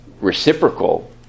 reciprocal